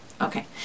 okay